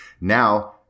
Now